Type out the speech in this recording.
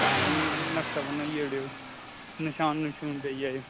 आहो नक्शा बनोआई ओड़ेओ नशान नशून देई जाएओ